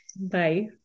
Bye